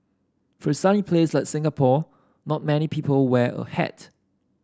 for sunny place like Singapore not many people wear a hat